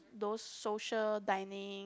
those social dining